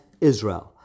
Israel